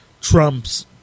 Trump's